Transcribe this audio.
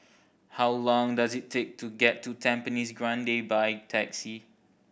how long does it take to get to Tampines Grande by taxi